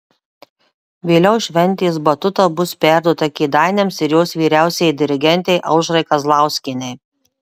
vėliau šventės batuta bus perduota kėdainiams ir jos vyriausiajai dirigentei aušrai kazlauskienei